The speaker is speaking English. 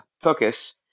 focus